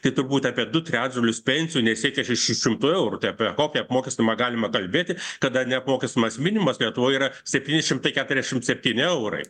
tai turbūt apie du trečdalius pensijų nesiekia šešių šimtų eurų tai apie kokį apmokestinimą galima kalbėti kada neapmokestinamas minimumas lietuvoj yra septyni šimtai ketriasdešimt septyni eurai